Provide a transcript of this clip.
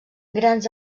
grans